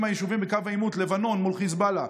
מהיישובים בקו העימות לבנון מול חיזבאללה.